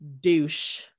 douche